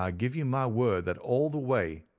um give you my word that all the way,